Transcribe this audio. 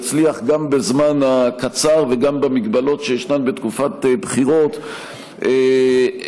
יצליח גם בזמן הקצר וגם במגבלות שישנן בתקופת בחירות לקדם